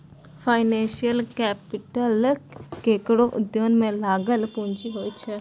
financial capital केकरो उद्योग में लागल पूँजी होइ छै